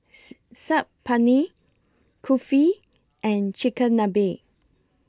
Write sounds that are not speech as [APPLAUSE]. [NOISE] Saag Paneer Kulfi and Chigenabe